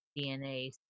DNA